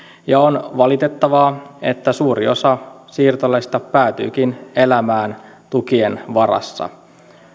ja on valitettavaa että suuri osa siirtolaisista päätyykin elämään tukien varassa